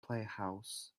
playhouse